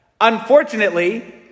Unfortunately